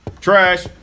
Trash